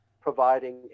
providing